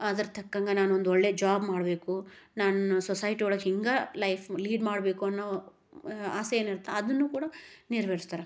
ಅದ್ರ ತಕ್ಕಂಗೆ ನಾನೊಂದು ಒಳ್ಳೆಯ ಜಾಬ್ ಮಾಡಬೇಕು ನಾನು ಸೊಸೈಟಿ ಒಳಗೆ ಹಿಂಗೆ ಲೈಫ್ ಲೀಡ್ ಮಾಡಬೇಕು ಅನ್ನೋ ಆಸೆ ಏನಿರತ್ತೆ ಅದನ್ನೂ ಕೂಡ ನೆರ್ವೇರ್ಸ್ತಾರೆ